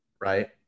right